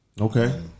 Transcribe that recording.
Okay